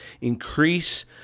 increase